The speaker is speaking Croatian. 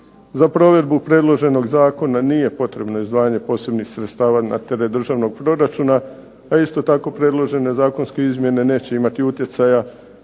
Za provedbu predloženog zakona nije potrebno izdvajanje posebnih sredstava na teret državnog proračuna, a isto tako predložene zakonske izmjene neće imati utjecaja